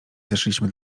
zeszliśmy